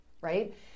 right